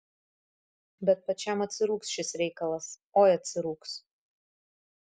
bet pačiam atsirūgs šis reikalas oi atsirūgs